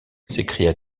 s’écria